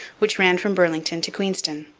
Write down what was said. which ran from burlington to queenston.